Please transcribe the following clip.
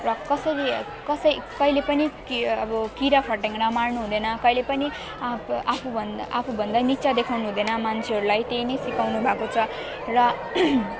र कसरी कसै कहिले पनि कि अब किरा फट्याङ्ग्रा मार्नु हुँदैन कहिले पनि आफूभन्दा आफूभन्दा निचा देखाउनु हुँदैन मान्छेहरूलाई त्यही नै सिकाउनुभएको छ र